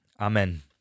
amen